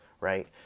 right